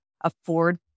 afford